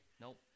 Nope